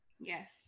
yes